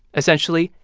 essentially,